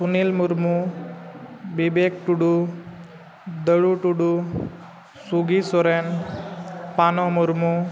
Sunil Murmu Bibek Tudu Darhu Tudu Sugi Soren Pano Murmu